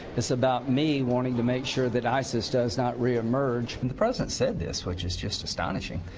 it's about me wanting to make sure that isis does not reemerge. and the president said this, which is just astonishing,